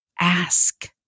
ask